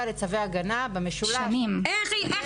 לצווי הגנה במשולש שבין --- זה למשל משהו שלא ברור לי.